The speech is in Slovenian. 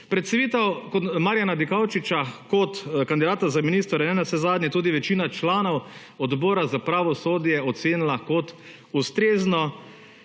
Predstavitev Marjana Dikaučiča kot kandidata za ministra je navsezadnje tudi večina članov Odbora za pravosodje ocenila kot ustrezno